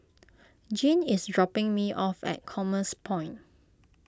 Jean is dropping me off at Commerce Point